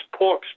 porks